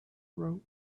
wrote